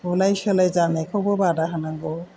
बुलाय सोलाय जानायखौबो बादा होनांगौ